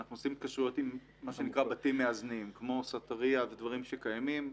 כרגע אנחנו עושים התקשרויות עם בתים מאזנים כמו סוטריה ודברים שקיימים,